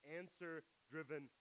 answer-driven